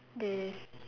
there's